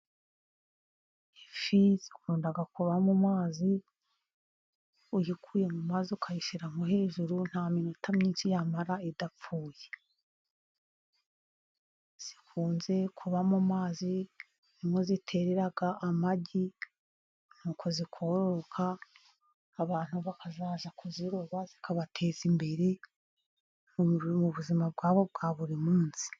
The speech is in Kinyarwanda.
Ifi zikunda kuba mu mazi, uyikuyemo ukayishyira hejuru nta minota myinshi yamara idapfuye, zikunze kuba mu amazi niho ziterera amagi, nuko zikororoka abantu bakazaza kuziroba zikabateza imbere mu buzima bwabo bwa buri munsi.